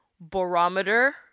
barometer